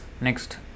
Next